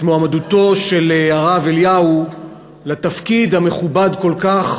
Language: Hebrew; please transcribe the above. מועמדותו של הרב אליהו לתפקיד המכובד כל כך